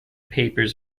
papers